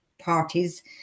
parties